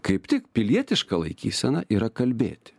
kaip tik pilietiška laikysena yra kalbėti